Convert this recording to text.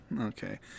Okay